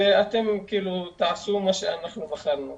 ו'אתם תעשו מה שבחרנו,